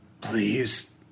please